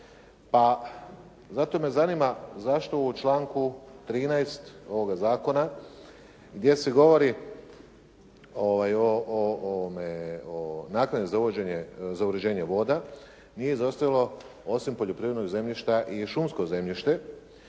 pa zato me zanima zašto u članku 13. ovoga zakona gdje se govori o naknadi za uređenje voda nije izostavilo osim poljoprivrednog zemljišta i šumsko zemljište,